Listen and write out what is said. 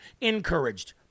encouraged